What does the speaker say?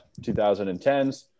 2010s